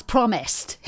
promised